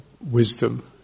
wisdom